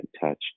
touch